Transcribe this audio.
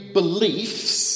beliefs